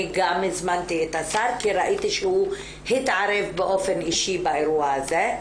אני גם הזמנתי את השר כי ראיתי שהוא התערב באופן אישי באירוע הזה.